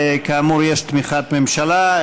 כאמור, יש תמיכת ממשלה.